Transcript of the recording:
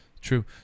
True